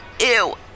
Ew